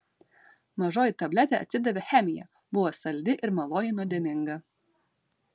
mažoji tabletė atsidavė chemija buvo saldi ir maloniai nuodėminga